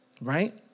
Right